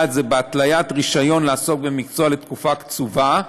זה בהתליית רישיון לעסוק במקצוע לתקופה קצובה,